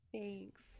Thanks